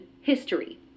history